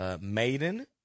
Maiden